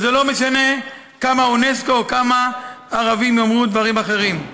ולא משנה כמה אונסק"ו או כמה הערבים יאמרו דברים אחרים.